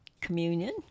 communion